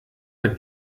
mit